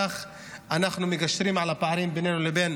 כך אנחנו מגשרים על הפערים בינינו לבין